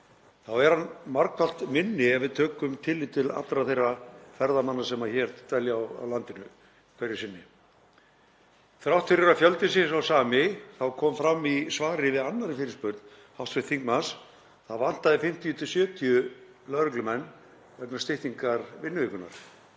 þá er hann margfalt minni ef við tökum tillit til allra þeirra ferðamanna sem hér dvelja á landinu hverju sinni. Þrátt fyrir að fjöldinn sé sá sami kom fram í svari við annarri fyrirspurn hv. þingmanns að það vantaði 50–70 lögreglumenn vegna styttingar vinnuvikunnar.